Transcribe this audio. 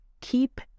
keep